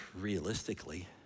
realistically